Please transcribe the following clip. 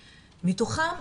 מתוכם,